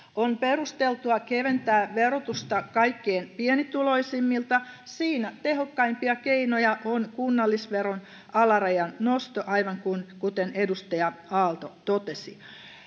on perusteltua keventää verotusta kaikkein pienituloisimmilta siinä tehokkaimpia keinoja on kunnallisveron alarajan nosto aivan kuten edustaja aalto totesi